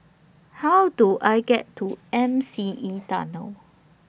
How Do I get to M C E Tunnel